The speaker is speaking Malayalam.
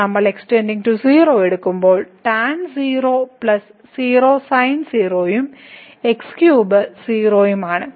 നമ്മൾ x → 0 എടുക്കുമ്പോൾ ടാൻ 0 0 sin 0 ഉം x 3 ഉം 0 ആണ്